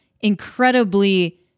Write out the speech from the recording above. incredibly